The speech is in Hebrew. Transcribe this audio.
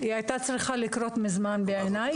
היא הייתה צריכה לקרות מזמן בעיני.